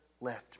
left